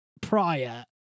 prior